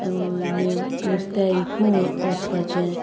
आनी नुस्त्या विकूं वचपाचें